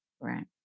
Right